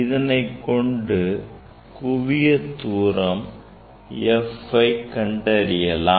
இதனைக் கொண்டு குவியத் தூரம் f ஐ கண்டறியலாம்